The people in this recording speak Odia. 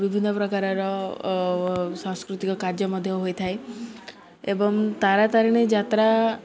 ବିଭିନ୍ନ ପ୍ରକାରର ସାଂସ୍କୃତିକ କାର୍ଯ୍ୟ ମଧ୍ୟ ହୋଇଥାଏ ଏବଂ ତାରା ତାରିଣୀ ଯାତ୍ରା